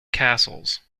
castles